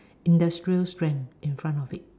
industrial strength in front of it